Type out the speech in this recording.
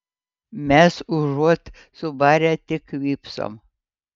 mes užuot subarę tik vypsom